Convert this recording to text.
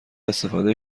استفاده